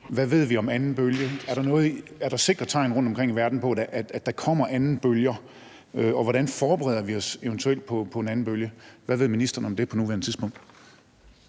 hvad vi ved om anden bølge? Er der sikre tegn rundtomkring i verden på, at der kommer andenbølger, og hvordan forbereder vi os eventuelt på en anden bølge? Hvad ved ministeren om det på nuværende tidspunkt?